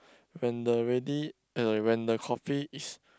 when the ready uh when the coffee is